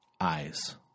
eyes